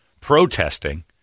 protesting